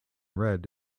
red